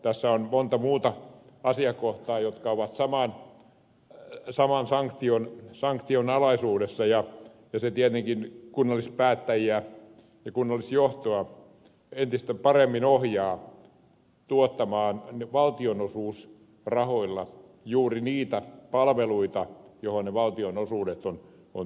tässä on monta muuta asiakohtaa jotka ovat saman sanktion alaisuudessa ja se tietenkin kunnallispäättäjiä ja kunnallisjohtoa entistä paremmin ohjaa tuottamaan valtionosuusrahoilla juuri niitä palveluita joihin ne valtionosuudet on tarkoitettu